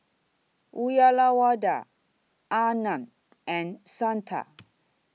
Uyyalawada Arnab and Santha